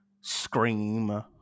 scream